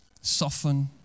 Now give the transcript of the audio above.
soften